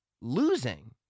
losing